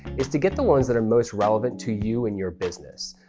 it's to get the ones that are most relevant to you and your business.